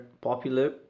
popular